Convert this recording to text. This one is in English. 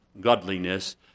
godliness